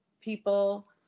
people